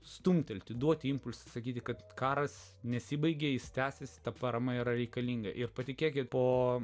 stumtelti duoti impulsą sakyti kad karas nesibaigė jis tęsis ta parama yra reikalinga ir patikėkit po